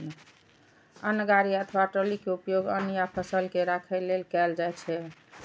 अन्न गाड़ी अथवा ट्रॉली के उपयोग अन्न आ फसल के राखै लेल कैल जाइ छै